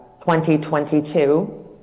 2022